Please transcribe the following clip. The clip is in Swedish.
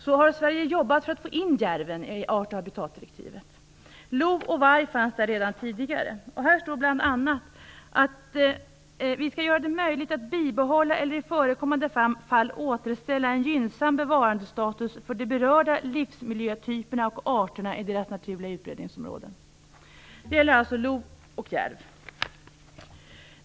Lo och varg fanns i direktivet redan tidigare. I direktivet sägs bl.a. att vi "- skall göra det möjligt att bibehålla eller i förekommande fall återställa en gynnsam bevarandestatus hos de berörda livsmiljötyperna och arterna i deras naturliga utbredningsområden". Detta gäller alltså lo och järv.